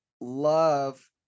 love